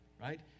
right